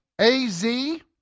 A-Z